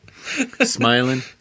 smiling